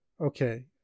okay